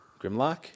Grimlock